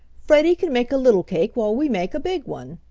freddie can make a little cake while we make a big one,